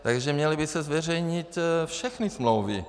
Takže měly by se zveřejnit všechny smlouvy.